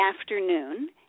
afternoon